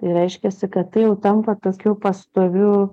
reiškiasi kad tai jau tampa tokiu pastoviu